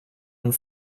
and